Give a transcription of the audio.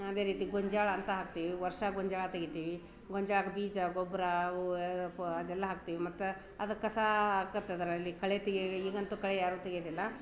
ಅದೇ ರೀತಿ ಗೊಂಜಾಳ ಅಂತ ಹಾಕ್ತೀವಿ ವರ್ಷ ಗೊಂಜಾಳ ತೆಗಿತೀವಿ ಗೊಂಜಾಳ್ ಬೀಜ ಗೊಬ್ಬರ ಅವು ಪಾ ಅದೆಲ್ಲ ಹಾಕ್ತೀವಿ ಮತ್ತು ಅದು ಕಸ ಹಾಕುತ್ತೆ ಅದರಲ್ಲಿ ಕಳೆ ತೆಗಿ ಈಗ ಅಂತೂ ಕಳೆ ಯಾರೂ ತೆಗೆಯೋದಿಲ್ಲ